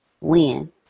win